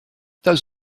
does